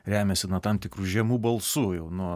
remiasi tam tikru žemu balsu jau nuo